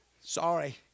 Sorry